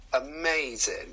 amazing